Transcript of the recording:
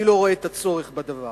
אני לא רואה את הצורך בדבר.